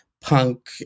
punk